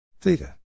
Theta